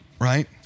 right